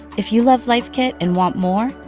if you love life kit and want more,